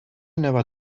never